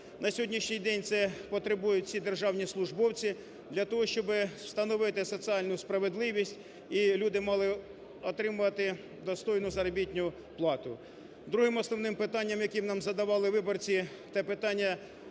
На сьогоднішній день це потребують всі державні службовці для того, щоб встановити соціальну справедливість і люди мали отримувати достойну заробітну плату. Другим основним питанням, яке нам задавали виборці, це питання